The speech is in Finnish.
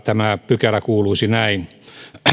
tämä pykälä kuuluisi näin